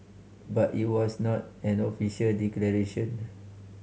but it was not an official declaration